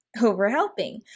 overhelping